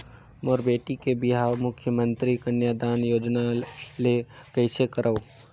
मोर बेटी के बिहाव मुख्यमंतरी कन्यादान योजना ले कइसे करव?